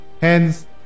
Hence